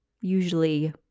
usually